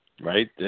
right